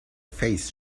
face